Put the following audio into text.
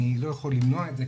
אני לא יכול למנוע את זה,